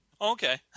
Okay